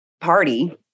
party